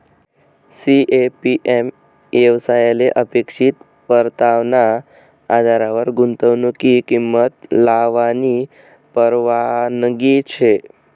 CAPM येवसायले अपेक्षित परतावाना आधारवर गुंतवनुकनी किंमत लावानी परवानगी शे